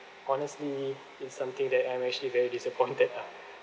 honestly it's something that I'm actually very disappointed ah